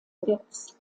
götz